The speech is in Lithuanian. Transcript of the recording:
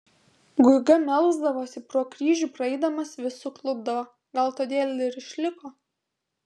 guiga melsdavosi pro kryžių praeidamas vis suklupdavo gal todėl ir išliko